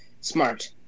Smart